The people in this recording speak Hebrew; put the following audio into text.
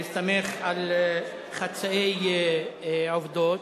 והסתמך על חצאי עובדות,